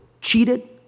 cheated